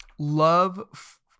Love